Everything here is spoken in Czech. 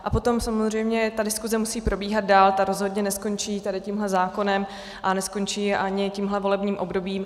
A potom samozřejmě diskuse musí probíhat dál, ta rozhodně neskončí tímhle zákonem a neskončí ani tímhle volebním obdobím.